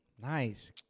nice